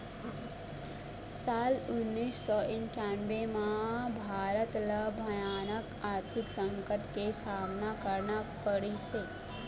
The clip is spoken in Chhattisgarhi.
साल उन्नीस सौ इन्कानबें म भारत ल भयानक आरथिक संकट के सामना करना पड़िस हे